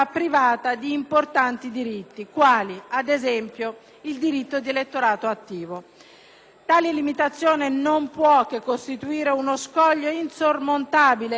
Tale limitazione non può che costituire uno scoglio insormontabile ai fini di un effettivo reinserimento sociale. Per tale motivo, dunque, è auspicabile